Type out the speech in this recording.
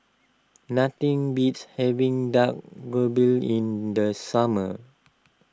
nothing beats having Dak Galbi in the summer